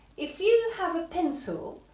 if you have a pencil,